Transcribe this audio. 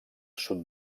sud